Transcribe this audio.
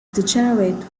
degenerate